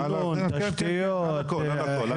תשתיות,